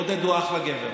עודד הוא אחלה גבר.